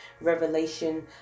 revelation